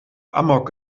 amok